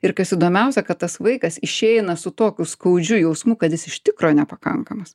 ir kas įdomiausia kad tas vaikas išeina su tokiu skaudžiu jausmu kad jis iš tikro nepakankamas